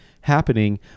happening